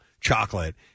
chocolate